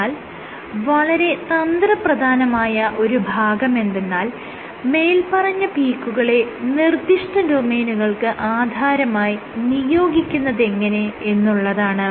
എന്നാൽ വളരെ തന്ത്രപ്രധാനമായ ഒരു ഭാഗമെന്തെന്നാൽ മേല്പറഞ്ഞ പീക്കുകളെ നിർദ്ദിഷ്ട ഡൊമെയ്നുകൾക്ക് ആധാരമായി നിയോഗിക്കുന്നതെങ്ങനെ എന്നുള്ളതാണ്